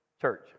church